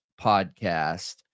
podcast